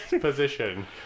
position